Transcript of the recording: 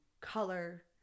color